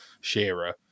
Shearer